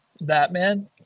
Batman